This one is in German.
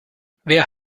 wer